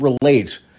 relate